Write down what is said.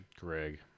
Greg